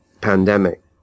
pandemic